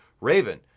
Raven